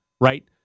right